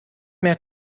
mehr